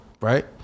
right